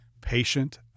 patient